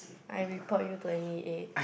I report you to N_E_A